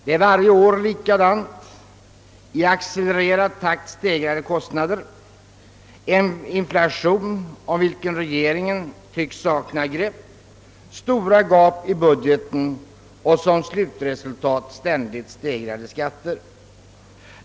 Det är varje år likadant: i accelererad takt stegrade kostnader, en inflation om vilken regeringen tycks sakna grepp, stora gap i budgeten och som slutresultat ständigt stegrade skatter.